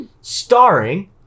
Starring